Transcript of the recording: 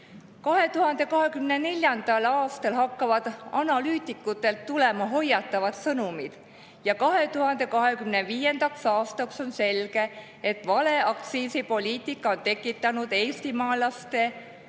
2024. aastal hakkavad analüütikutelt tulema hoiatavad sõnumid ja 2025. aastaks on selge, et vale aktsiisipoliitika on tekitanud eestimaalaste